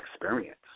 experience